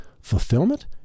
fulfillment